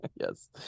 Yes